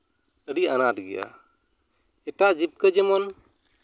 ᱟᱹᱰᱤ ᱟᱱᱟᱴ ᱜᱮᱭᱟ ᱮᱴᱟᱜ ᱡᱤᱵᱽᱠᱟᱹ ᱡᱮᱢᱚᱱ